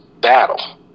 battle